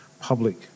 public